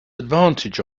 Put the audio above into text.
advantage